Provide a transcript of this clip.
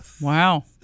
Wow